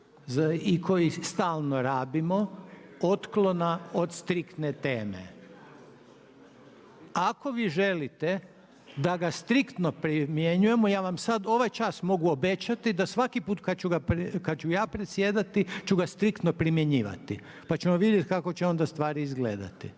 i koji stalno rabimo otklona od striktne teme. Ako vi želite da ga striktno primjenjujemo ja vam sad ovaj čas mogu obećati da svaki put kad ću ja predsjedati ću ga striktno primjenjivati. Pa ćemo vidjeti kako će onda stvari izgledati.